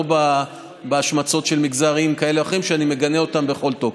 לא בהשמצות של מגזרים כאלה ואחרים שאני מגנה אותן בכל תוקף.